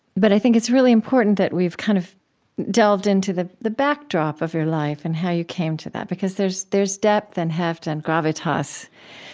but i think it's really important that we've kind of delved into the the backdrop of your life and how you came to that, because there's there's depth and heft and gravitas.